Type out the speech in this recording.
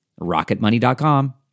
rocketmoney.com